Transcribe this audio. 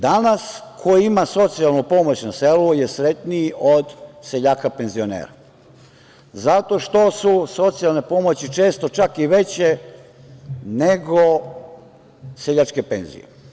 Danas ko ima socijalnu pomoć na selu je sretniji od seljaka penzionera, zato što su socijalne pomoći često čak i veće nego seljačke penzije.